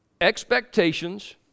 Expectations